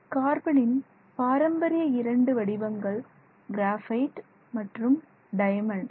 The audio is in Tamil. கார்பனின் பாரம்பரிய இரண்டு வடிவங்கள் கிராபைட் மற்றும் டைமண்ட்